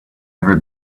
ever